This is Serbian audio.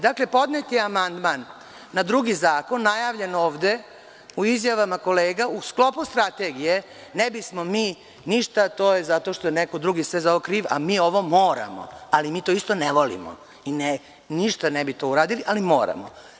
Dakle, podnet je amandman na drugi zakon najavljen ovde u izjavama kolega, u sklopu strategije – ne bismo mi ništa, zato što je neko drugi za sve ovo kriv, ali mi ovo moramo, i mi to isto ne volimo i ništa ne bi uradili to, ali moramo.